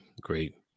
great